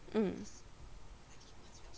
mm